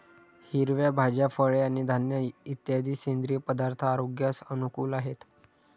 हिरव्या भाज्या, फळे आणि धान्य इत्यादी सेंद्रिय पदार्थ आरोग्यास अनुकूल आहेत